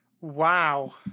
Wow